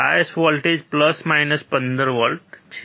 bias voltage plus minus 15 volt છે